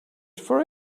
for